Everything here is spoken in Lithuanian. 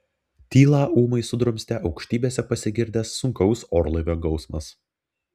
tylą ūmai sudrumstė aukštybėse pasigirdęs sunkaus orlaivio gausmas